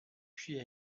puis